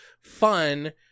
fun